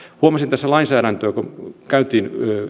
huomasin tässä lainsäädännössä kun käytiin